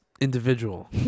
individual